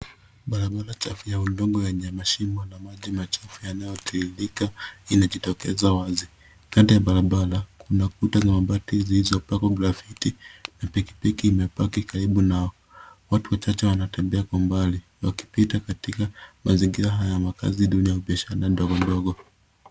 Barabara chafu ya udongo yenye mashimo na maji machafu yanayotiririka inajitokeza wazi. Kando ya barabara kuna kuta za mabati zilizopakwa grafiti na pikipiki imepaki karibu nao. Watu wachache wanatembea kwa mbali wakipita katika mazingira haya ya makazi duni au biashara ndogo ndogo.